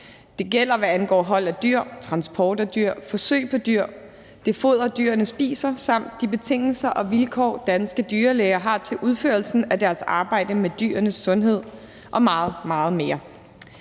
Det gælder, hvad angår hold af dyr, transport af dyr, forsøg på dyr, det foder, dyrene spiser, samt de betingelser og vilkår, danske dyrlæger har til udførelsen af deres arbejde med dyrenes sundhed, og meget, meget